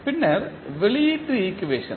பின்னர் வெளியீட்டு ஈக்குவேஷன்